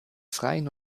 freien